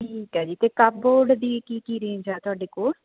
ਠੀਕ ਹੈ ਜੀ ਅਤੇ ਕਪਬੋਰਡ ਦੀ ਕੀ ਕੀ ਰੇਂਜ ਆ ਤੁਹਾਡੇ ਕੋਲ